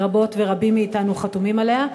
ורבות ורבים מאתנו חתומים עליה.